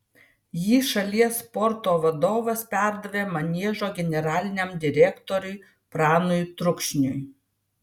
jį šalies sporto vadovas perdavė maniežo generaliniam direktoriui pranui trukšniui